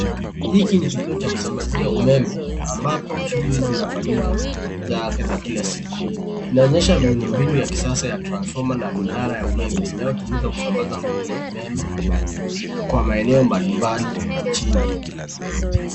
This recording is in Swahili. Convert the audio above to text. Hiki ni kituo cha kusambazia umeme, ambapo shughuli zinafanyika za kila siku. Inaonesha miundombinu ya kisasa ya transfoma na minara ya umeme inayotumika kusambaza nguvu za umeme kwa maeneo mbalimbali nchini.